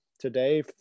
today